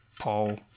Paul